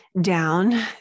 down